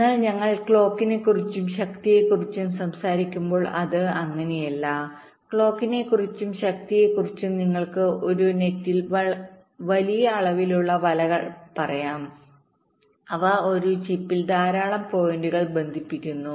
എന്നാൽ ഞങ്ങൾ ക്ലോക്കിനെക്കുറിച്ചും ശക്തിയെക്കുറിച്ചും സംസാരിക്കുമ്പോൾ അത് അങ്ങനെയല്ല ക്ലോക്കിനെക്കുറിച്ചും ശക്തിയെക്കുറിച്ചും നിങ്ങൾക്ക് ഒരു നെറ്റ് ൽ വലിയ അളവിലുള്ള വലകൾ പറയാം അവ ഒരു ചിപ്പിൽ ധാരാളം പോയിന്റുകൾ ബന്ധിപ്പിക്കുന്നു